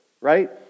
right